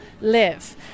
live